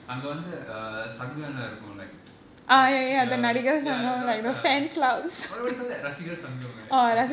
அங்கவந்துசங்கம்லாஇருக்கும்:anka vandhu sangamla irukkum like like the ya ya what do you call that ரசிகர்சங்கம்:rasikar sangam right